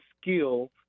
skill